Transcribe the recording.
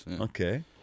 Okay